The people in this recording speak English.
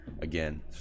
Again